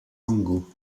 angot